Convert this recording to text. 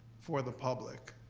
for the public,